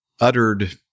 uttered